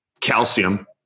calcium